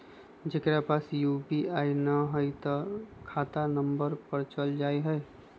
जेकरा पास यू.पी.आई न है त खाता नं पर चल जाह ई?